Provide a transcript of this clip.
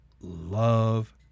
love